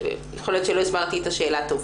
יכול להיות שלא הסברתי את השאלה טוב,